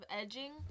edging